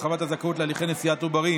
הרחבת הזכאות להליכי נשיאת עוברים